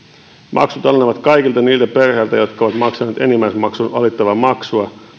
maksut alenevat kaikilta niiltä perheiltä jotka ovat maksaneet enimmäismaksun alittavaa maksua ja